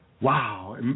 Wow